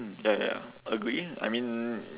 mm ya ya ya agree I mean